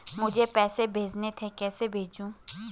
मुझे पैसे भेजने थे कैसे भेजूँ?